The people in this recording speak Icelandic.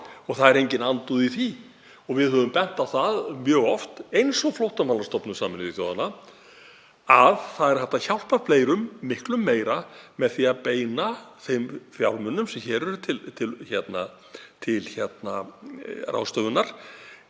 Það er engin andúð í því og við höfum bent á það mjög oft, eins og Flóttamannastofnun Sameinuðu þjóðanna, að það er hægt að hjálpa fleirum miklu meira með því að beina þeim fjármunum sem hér eru til ráðstöfunar